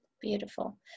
beautiful